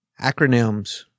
Acronyms